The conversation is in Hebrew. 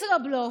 ישראבלוף,